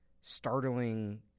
startling